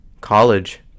college